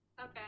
Okay